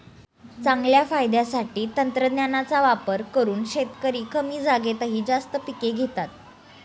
चांगल्या फायद्यासाठी तंत्रज्ञानाचा वापर करून शेतकरी कमी जागेतही जास्त पिके घेतात